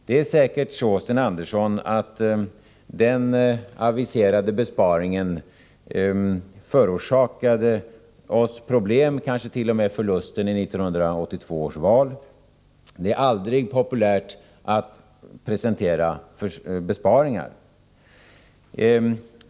Det är säkerligen så, Sten Andersson, att den aviserade besparingen förorsakade oss problem, kanske t.o.m. förlusten i 1982 års val — det är aldrig populärt att presentera besparingsförslag.